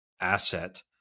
asset